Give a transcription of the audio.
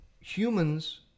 humans